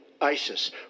ISIS